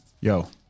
yo